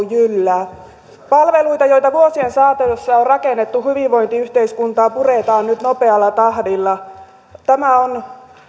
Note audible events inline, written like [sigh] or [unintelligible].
[unintelligible] jyllää palveluita joita vuosien saatossa on rakennettu hyvinvointiyhteiskuntaa puretaan nyt nopealla tahdilla tämä on